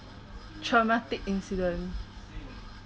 traumatic incident